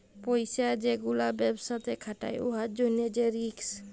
পইসা যে গুলা ব্যবসাতে খাটায় উয়ার জ্যনহে যে রিস্ক